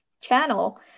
channel